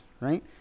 right